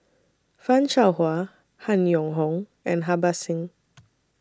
fan Shao Hua Han Yong Hong and Harbans Singh